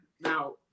now